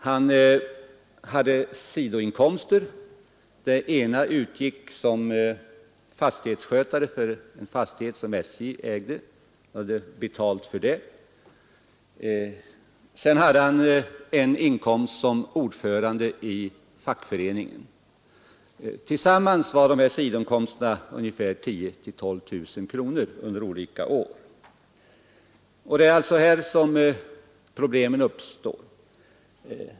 Han hade två sidoinkomster. Han var dels fastighetsskötare i en fastighet som SJ äger och hade betalt för det och hade dels en inkomst som ordförande i fackföreningen. Tillsammans uppgick dessa sidoinkomster till 10 000 å 12 000 kronor under olika år.